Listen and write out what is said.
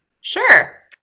Sure